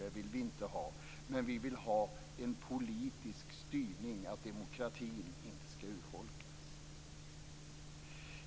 Det vill vi inte ha. Men vi vill ha en politisk styrning. Demokratin skall inte urholkas.